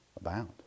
abound